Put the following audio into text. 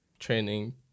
Training